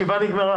הישיבה נעולה.